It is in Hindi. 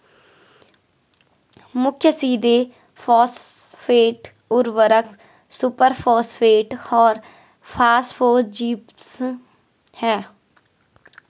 मुख्य सीधे फॉस्फेट उर्वरक सुपरफॉस्फेट और फॉस्फोजिप्सम हैं